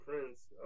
Prince